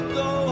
go